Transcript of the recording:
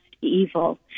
evil